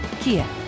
Kia